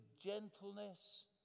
gentleness